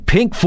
Pink